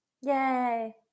Yay